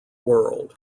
world